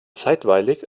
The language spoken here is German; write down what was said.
zeitweilig